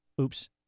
Oops